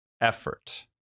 effort